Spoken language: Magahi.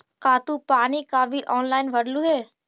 का तू पानी का बिल ऑनलाइन भरलू हे